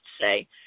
say